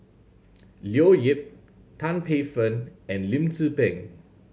Leo Yip Tan Paey Fern and Lim Tze Peng